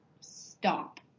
stop